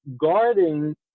guarding